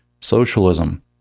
socialism